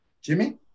Jimmy